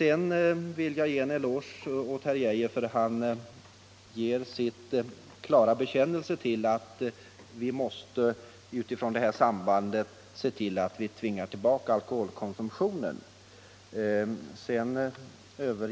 Jag vill sedan ge herr Geijer en eloge för att han klart bekänner sig till den uppfattningen att vi med hänsyn till sambandet mellan våldsbrott och alkoholkonsumtion måste se till att vi tvingar tillbaka alkoholkonsumtionen. Herr